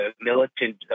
militant